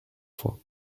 fois